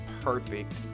perfect